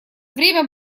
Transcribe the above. время